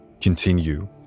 continue